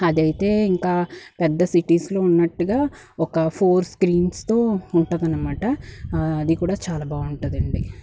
అదైతే ఇంక పెద్ద సిటీస్లో ఉన్నట్టుగా ఒక ఫోర్ స్క్రీన్స్తో ఉంటుదన్నమాట అది కూడా చాలా బాగుంటుందండీ